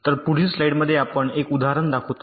तर पुढील स्लाइड मध्ये आपण एक उदाहरण दाखवतो